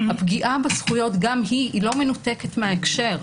הפגיעה בזכויות גם היא לא מנותקת מההקשר,